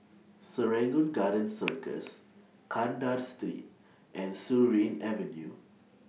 Serangoon Garden Circus Kandahar Street and Surin Avenue